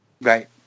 Right